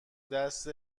دست